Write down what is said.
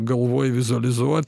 galvoj vizualizuot